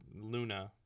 luna